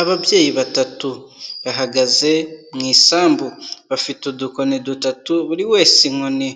Ababyeyi batatu bahagaze mu isambu, bafite udukoni dutatu buri wese inkoni,